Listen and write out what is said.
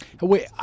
Wait